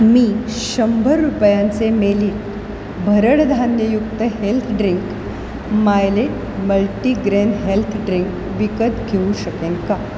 मी शंभर रुपयांचे मेली भरडधान्ययुक्त health drink millet multigrain health drink विकत घेऊ शकेन का